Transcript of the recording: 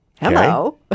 Hello